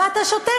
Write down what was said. ואתה שותק,